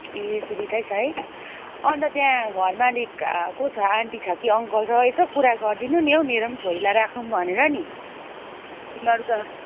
ए सुविधै छ है अन्त त्यहाँ घर मालिक को छ आन्टी छ कि अङ्कल छ यसो कुरा गरिदिनु नि हौ मेरो पनि छोरीलाई राखौँ भनेर नि